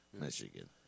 Michigan